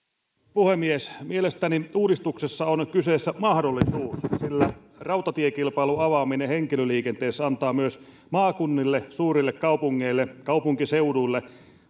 puhemies mielestäni uudistuksessa on kyseessä mahdollisuus sillä rautatiekilpailun avaaminen henkilöliikenteessä antaa maakunnille suurille kaupungeille ja kaupunkiseuduille